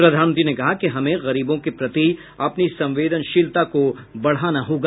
प्रधानमंत्री ने कहा कि हमें गरीबों के प्रति अपनी संवेदनशीलता को बढ़ाना होगा